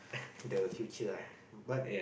the future lah but